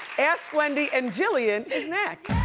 ask wendy and jillian is next.